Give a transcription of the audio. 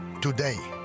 today